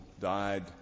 died